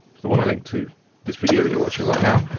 wanna link to this video that you're watching right now.